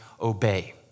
obey